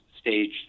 stage